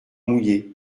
mouillés